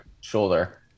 shoulder